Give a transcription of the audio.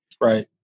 right